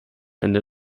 ende